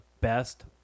best